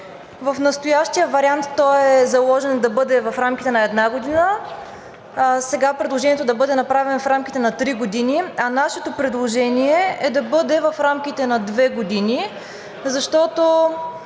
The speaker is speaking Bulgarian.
В настоящия вариант той е заложен да бъде в рамките на една година, сега предложението е да бъде направен в рамките на три години. Нашето предложение е да бъде в рамките на две години, защото